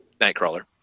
Nightcrawler